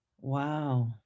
Wow